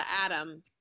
Adam